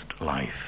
life